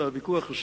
או את הוויכוח,